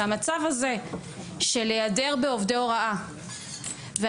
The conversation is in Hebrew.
שהמצב הזה של היעדר בעובדי הוראה ואנשי